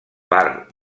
part